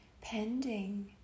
pending